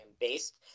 based